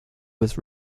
was